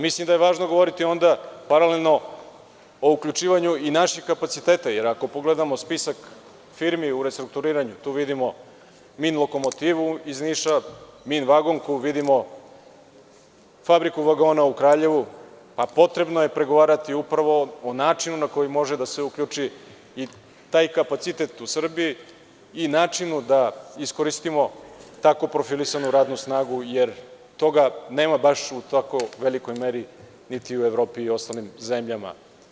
Mislim da je važno govoriti onda o uključivanju naših kapaciteta, jer ako pogledamo spisak firmi u restrukturiranju tu vidimo MIN Lokomotivu iz Niša, MIN Vagonku, Fabriku vagona iz Kraljeva, a potrebno je pregovarati upravo o načinu na koji može da se uključi taj kapacitet u Srbiji i načinu da iskoristimo profilisanu radnu snagu, jer toga nema u velikoj meri u Evropi i ostalim zemljama.